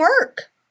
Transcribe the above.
work